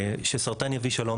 סרטן יביא שלום,